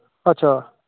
अच्छा